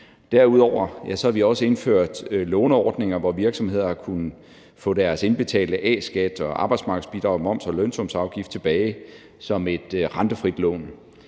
Derudover har vi også indført låneordninger, hvor virksomheder har kunnet få deres indbetalte A-skat, arbejdsmarkedsbidrag, moms og lønsumsafgift tilbage som et rentefrit lån.